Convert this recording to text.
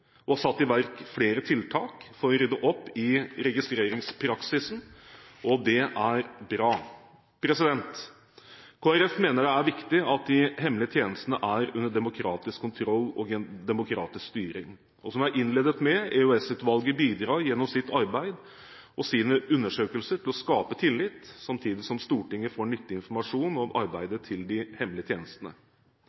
dette og satt i verk flere tiltak for å rydde opp i registreringspraksisen, og det er bra. Kristelig Folkeparti mener det er viktig at de hemmelige tjenestene er under demokratisk kontroll og demokratisk styring, og som jeg innledet med: EOS-utvalget bidrar gjennom sitt arbeid og sine undersøkelser til å skape tillit, samtidig som Stortinget får nyttig informasjon om